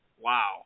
Wow